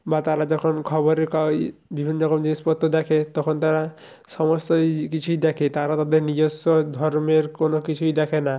বা তারা যখন খবরের কা ওই বিভিন্ন রকম জিনিসপত্র দেখে তখন তারা সমস্তই কিছুই দেখে তারা তাদের নিজস্ব ধর্মের কোনো কিছুই দেখে না